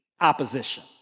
opposition